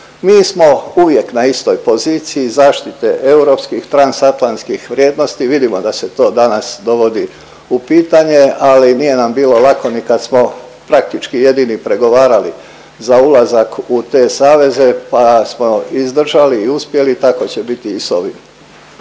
Mi smo uvijek na istoj poziciji zaštite europskih transatlantskih vrijednosti, vidimo da se to danas dovodi u pitanje, ali nije nam bilo lako ni kad smo praktički jedini pregovarali za ulazak u te saveze pa smo izdržali i uspjeli tako će biti i s ovim.